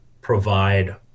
provide